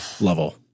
level